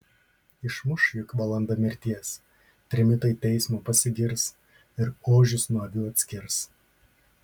išmuš juk valanda mirties trimitai teismo pasigirs ir ožius nuo avių atskirs